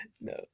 no